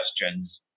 questions